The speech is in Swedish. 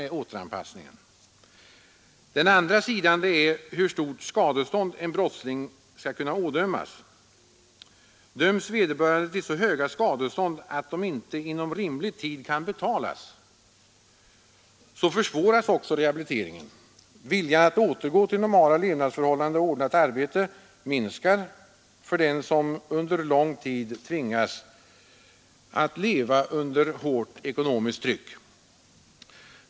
Den andra sidan är hur stort skadestånd en brottsling skall ådömas. Döms vederbörande till så höga skadestånd att de inte inom rimlig tid kan betalas, så försvåras rehabiliteringen. Viljan att återgå till normala levnadsförhållanden och ordnat arbete minskar för den som under lång tid tvingas leva under hårt ekonomiskt tryck.